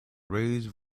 raised